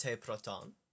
Proton